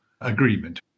agreement